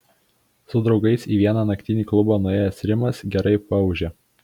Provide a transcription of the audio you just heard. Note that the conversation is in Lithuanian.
su draugais į vieną naktinį klubą nuėjęs rimas gerai paūžė